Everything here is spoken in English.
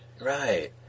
Right